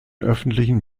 öffentlichen